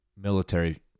military